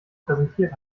präsentiert